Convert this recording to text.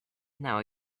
now